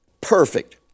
perfect